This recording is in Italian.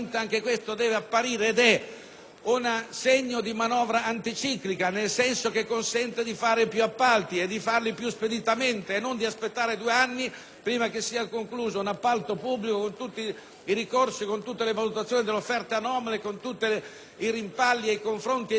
un segno di manovra anticiclica, nel senso che consente di fare più appalti, di farli più speditamente e di non dover aspettare due anni prima che sia concluso un appalto pubblico, con tutti i ricorsi, le valutazioni dell'offerta anomala, i rimpalli, i confronti e i dibattiti a cui purtroppo la normativa